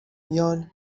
میان